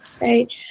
Right